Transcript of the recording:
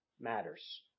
matters